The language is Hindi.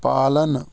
पालन